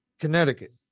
Connecticut